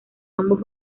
ambos